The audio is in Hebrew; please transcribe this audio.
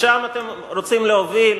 לשם אתם רוצים להוביל?